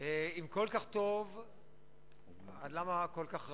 אם כל כך טוב אז למה כל כך רע?